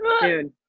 Dude